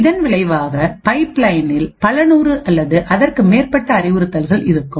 இதன் விளைவாக பைப் லயனில் பல நூறு அல்லது அதற்கு மேற்பட்ட அறிவுறுத்தல்கள் இருக்கும்